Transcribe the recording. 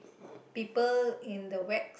people in the wax